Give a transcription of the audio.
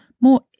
more